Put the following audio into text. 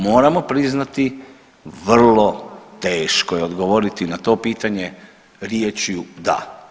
Moramo priznati vrlo teško je odgovoriti na to pitanje riječju da.